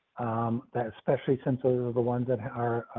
um, that especially since those are the ones that are.